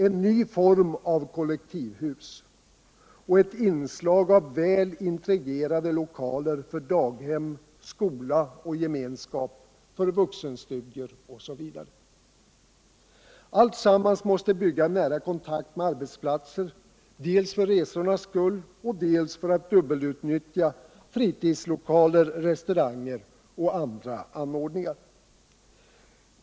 en ny form av kollektivhus och ett inslag av väl integrerade lokaler för daghem, skola, gemenskap. vuxenstudier osv. Alltsammans måste byggas i nära kontakt med arbetsplatser — dels för resornas skull, dels för att man skall kunna dubbelutnyttja fritidslokaler, restauranger och andra anordningar.